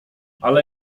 ale